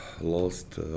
lost